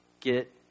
get